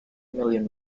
million